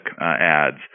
ads